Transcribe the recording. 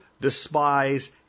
despise